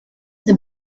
the